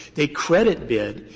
they credit bid,